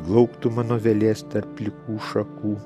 lauktų mano vėlės tarp plikų šakų